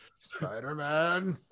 Spider-Man